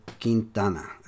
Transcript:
Quintana